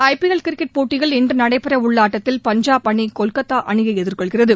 ஐ P L cricket போட்டியில் இன்று நடைபெறவுள்ள ஆட்டத்தில் பஞ்சாப் அணி கொல்கத்தா அணியை எதிர்கொள்கிறது